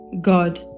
God